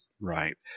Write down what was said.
right